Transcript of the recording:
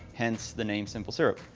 hence the name simple syrup.